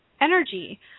energy